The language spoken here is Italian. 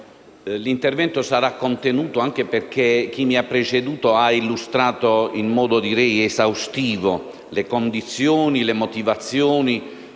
intervento sarà contenuto anche perché chi mi ha preceduto ha illustrato in modo esaustivo le condizioni e le motivazioni